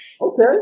Okay